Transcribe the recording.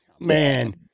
man